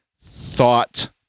thought